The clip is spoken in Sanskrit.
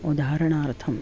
उदाहरणार्थम्